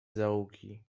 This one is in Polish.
zaułki